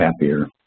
happier